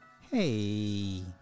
Hey